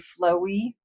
flowy